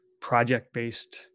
project-based